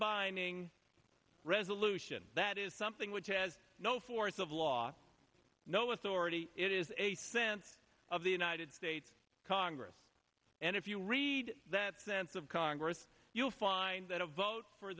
binding resolution that is something which has no force of law no authority it is a sense of the united states congress and if you read that sense of congress you'll find that a vote for